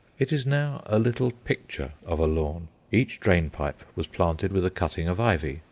it is now a little picture of a lawn. each drain-pipe was planted with a cutting of ivy,